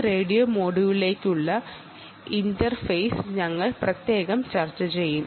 ഈ റേഡിയോ മൊഡ്യൂളിലേക്കുള്ള ഇന്റർഫേസ് ഞങ്ങൾ പ്രത്യേകം ചർച്ച ചെയ്യും